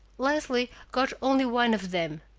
leslie got only one of them,